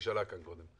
שנשאלה כאן קודם.